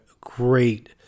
great